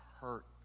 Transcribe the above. hurt